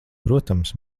protams